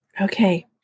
Okay